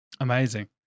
Amazing